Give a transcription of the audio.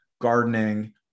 gardening